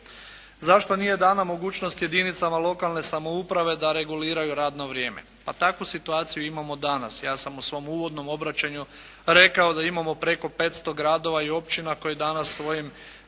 Zašto nije dana mogućnost jedinicama lokalne samouprave da reguliraju radno vrijeme. A takvu situaciju imamo danas. Ja sam u svom uvodnom obraćanju rekao da imamo preko 500 gradova i općina koji danas svojim,